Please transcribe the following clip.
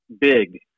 big